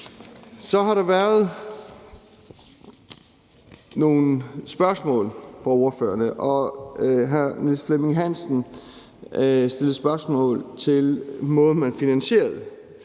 Så har der været nogle spørgsmål fra ordførerne. Hr. Niels Flemming Hansen stillede spørgsmål til måden, man finansierede